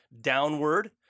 Downward